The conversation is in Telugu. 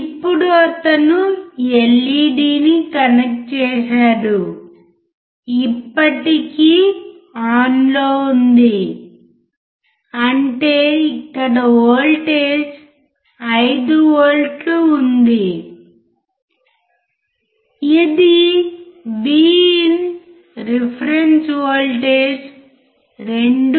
ఇప్పుడు అతను LED ని కనెక్ట్ చేసాడు ఇప్పటికీ ఆన్ లో ఉంది అంటే ఇక్కడ వోల్టేజ్ 5 వోల్ట్లు ఉంది ఇది V IN రిఫరెన్స్ వోల్టేజ్ 2